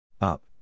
Up